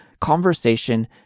conversation